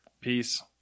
Peace